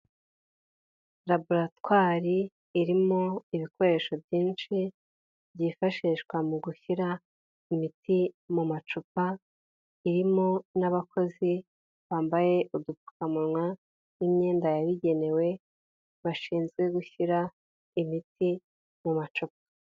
Laboratwari irimo ibikoresho byinshi byifashishwa mu gushyira imiti mu macupa, irimo n'abakozi bambaye udupfukamuwa n'imyenda yabugenewe bashinzwe gushyira imiti mu macupa.